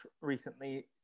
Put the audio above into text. recently